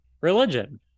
religion